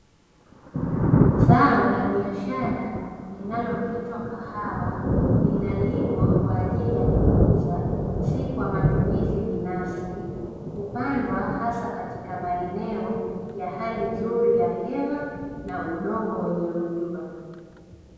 Zao la biashara linaloitwa kahawa, linalimwa kwa ajili ya kuuza si kwa matumizi binafsi, hupandwa hasa katika maeneo ya hali nzuri ya hewa na udongo wenye rutuba.